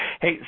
Hey